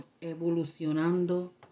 Evolucionando